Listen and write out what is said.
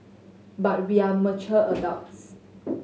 but we are mature adults